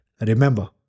Remember